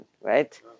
right